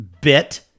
bit